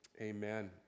Amen